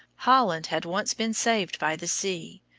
holland had once been saved by the sea.